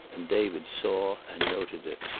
and david saw and noted it.